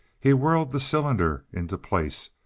he whirled the cylinder into place,